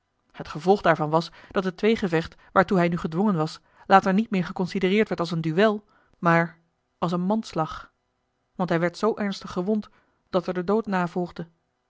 het gevolg daarvan was dat het tweegevecht waartoe hij nu gedwongen was later niet meer geconsidereerd werd als een duel maar als een manslag want hij werd zoo ernstig gewond dat er de dood na volgde